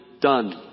done